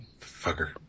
Fucker